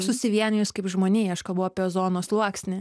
susivienijus kaip žmonijai aš kalbu apie ozono sluoksnį